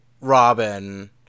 Robin